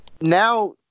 now